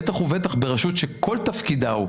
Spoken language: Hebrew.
בטח ובטח ברשות שכל תפקידה הוא,